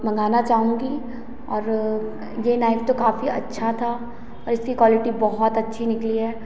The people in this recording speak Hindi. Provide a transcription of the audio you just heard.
मंगाना चाहूँगी और ये नाइफ तो काफ़ी अच्छा था और इसकी क्वालिटी बहुत अच्छी निकली है